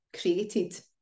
created